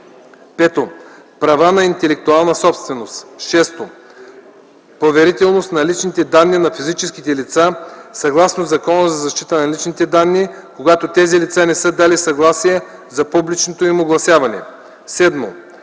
5. права на интелектуална собственост; 6. поверителност на личните данни на физическите лица съгласно Закона за защита на личните данни, когато тези лица не са дали съгласие за публичното им огласяване; 7.